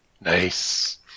Nice